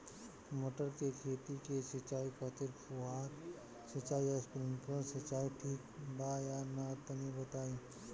मटर के खेती के सिचाई खातिर फुहारा सिंचाई या स्प्रिंकलर सिंचाई ठीक बा या ना तनि बताई?